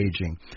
Aging